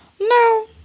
No